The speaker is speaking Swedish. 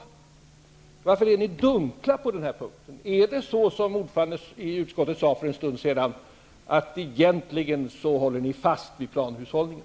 Varför är ni dunkla på den punkten? Är det så som ordföranden i utskottet sade för en stund sedan, att egentligen håller ni fast vid planhushållningen?